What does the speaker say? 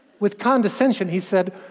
with condescension, he said,